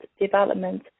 development